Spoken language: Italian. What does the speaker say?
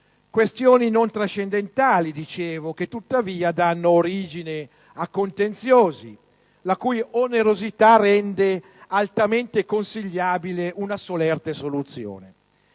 dei bagni mobili chimici), che tuttavia danno origine a contenziosi la cui onerosità rende altamente consigliabile una solerte soluzione.